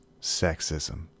sexism